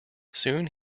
soon